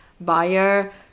buyer